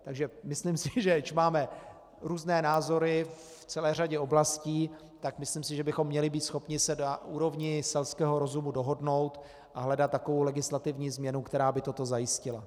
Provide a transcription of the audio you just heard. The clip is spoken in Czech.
Takže myslím si, že ač máme různé názory v celé řadě oblastí, tak myslím, že bychom měli být schopni se na úrovni selského rozumu dohodnout a hledat takovou legislativní změnu, která by toto zajistila.